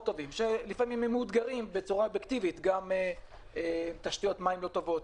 שלפעמים הם מאותגרים בצורה אובייקטיבית גם תשתיות מים לא טובות,